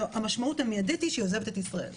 והמשמעות המידית היא שהיא עוזבת את ישראל,